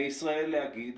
לישראל להגיד,